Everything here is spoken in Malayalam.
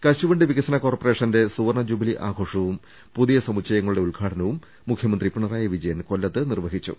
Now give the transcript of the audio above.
കശുവണ്ടി വികസന കോർപറേഷന്റെ സ്യൂവർണ ജൂബിലി ആ ഘോഷവും പുതിയ സമുച്ചയങ്ങളുടെ ഉദ്ഘാടനവും മുഖ്യമന്ത്രി പിണറായി വിജയൻ കൊല്ലത്ത്നിർവഹിച്ചു